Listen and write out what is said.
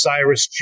Cyrus